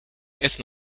essen